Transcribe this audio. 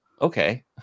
okay